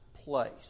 place